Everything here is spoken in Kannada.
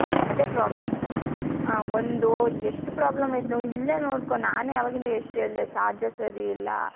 ಅದೇ ಪ್ರಾಬ್ಲಮ್ ನೋಡು ಒಂದು ಎಷ್ಟು ಪ್ರಾಬ್ಲಮ್ ಆಯ್ತು ನೋಡು ಇಲ್ಲೇ ನೋಡ್ಕೊ ನಾನೇ ಆವಾಗಿಂದ ಎಷ್ಟು ಹೇಳಿದೆ ಚಾರ್ಜರ್ ಸರಿ ಇಲ್ಲ